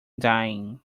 dying